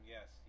Yes